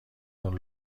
اون